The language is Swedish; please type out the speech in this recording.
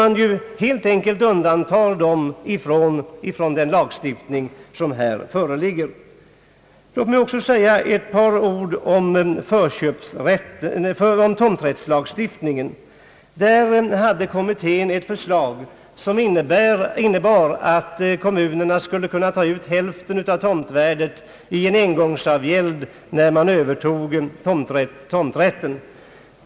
Egnahemmen är ju undantagna från den lagstiftning som här föreslås. Låt mig också säga ett par ord om tomträttslagstiftningen. Kommitténs förslag innebar att kommunerna skulle kunna ta ut hälften av tomtvärdet i en engångsavgäld när man övertog tomträtten.